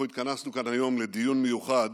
אנחנו התכנסנו כאן היום לדיון מיוחד